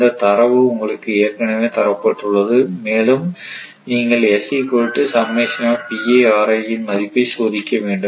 இந்த தரவு உங்களுக்கு ஏற்கனவே தரப்பட்டுள்ளது மேலும் நீங்கள் இன் மதிப்பை சோதிக்க வேண்டும்